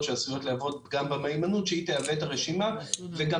שעשויות להוות פגם במהימנות שהיא תעשה את הרשימה וגם